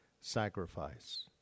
sacrifice